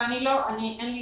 ואין לי